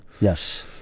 Yes